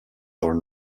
are